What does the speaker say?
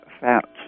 fats